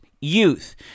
youth